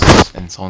hmm ya